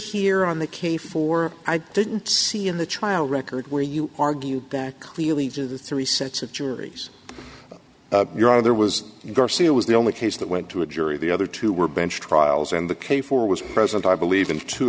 here on the key for i didn't see in the trial record where you argued that clearly to the three sets of juries you're out of there was garcia was the only case that went to a jury the other two were bench trials and the k four was present i believe in two